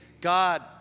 God